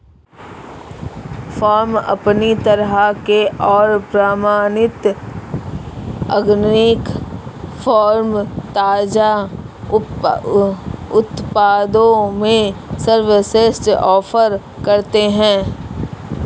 farm अपनी तरह के और प्रमाणित ऑर्गेनिक फ़ार्म ताज़ा उत्पादों में सर्वश्रेष्ठ ऑफ़र करते है